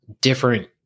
different